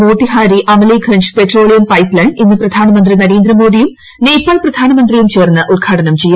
Motihari Amlekhganj petroleum pipeline ഇന്ന് പ്രധാനമന്ത്രി നരേന്ദ്രമോദിയും നേപ്പാൾ പ്രധാനമന്ത്രിയും ചേർന്ന് ഉദ്ഘാടനം ചെയ്യും